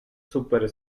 super